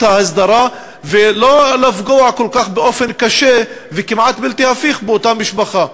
ההסדרה ולא לפגוע באופן קשה כל כך וכמעט בלתי הפיך באותה משפחה.